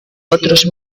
otros